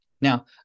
Now